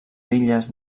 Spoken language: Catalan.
illes